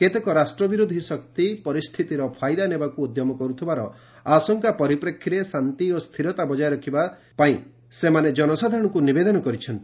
କେତେକ ରାଷ୍ଟ୍ରବିରୋଧ ଶକ୍ତି ପରିସ୍ଥିତିର ଫାଇଦା ନେବାକୁ ଉଦ୍ୟମ କର୍ତ୍ତବାର ଆଶଙ୍କା ପରିପ୍ରେକ୍ଷୀରେ ଶାନ୍ତି ଓ ସ୍ଥିରତା ବଜାୟ ରଖିବାପାଇଁ ସେମାନେ ଜନସାଧାରଣଙ୍କ ନିବେଦନ କରିଛନ୍ତି